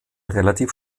relativ